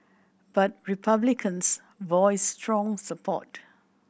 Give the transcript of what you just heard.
but Republicans voiced strong support